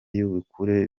y’ubukure